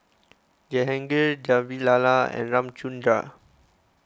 Jehangirr Vavilala and Ramchundra